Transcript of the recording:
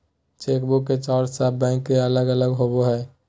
chequebook के charge सब bank के अलग अलग होबा हइ